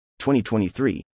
2023